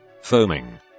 Foaming